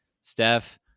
Steph